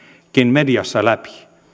mediassa läpi